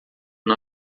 não